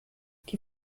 die